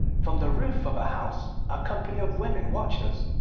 from the roof of a house a company of women watched us.